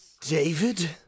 David